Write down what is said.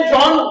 John